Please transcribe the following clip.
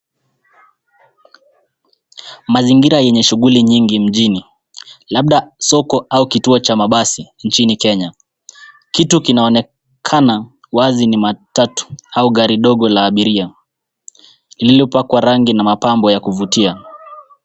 Mazingira yenye shughuli nyingi mjini labda soko au kituo cha mabasi nchini kenya . Kitu kinaonekana wazi ni matatu au gari dogo la abiria lililo pakwa rangi na mapambo ya kuvutia.